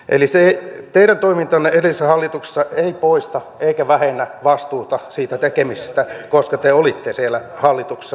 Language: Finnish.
eli se teidän toimintanne edellisessä hallituksessa ei poista eikä vähennä vastuuta siitä tekemisestä koska te olitte siellä hallituksessa mukana